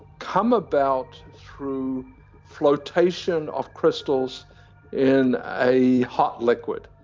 come about through floatation of crystals in a hot liquid,